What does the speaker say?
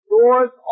Doors